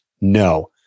No